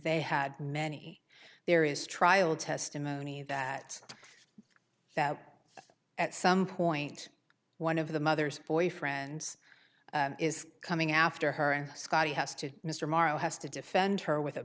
they had many there is trial testimony that at some point one of the mothers boyfriends is coming after her and scottie has to mr morrow has to defend her with a